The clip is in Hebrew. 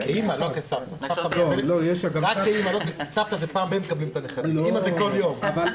חבר הכנסת אריאל בוסו, בבקשה.